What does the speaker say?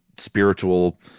spiritual